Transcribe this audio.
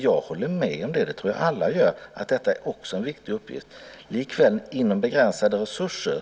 Jag håller med om att det också är en viktig uppgift, och det tror jag att alla gör.